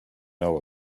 know